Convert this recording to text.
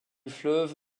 fleuve